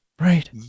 right